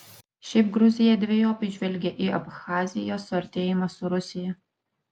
šiaip gruzija dvejopai žvelgia į abchazijos suartėjimą su rusija